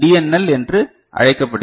L என்று அழைக்கப்படுகிறது